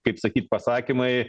kaip sakyt pasakymai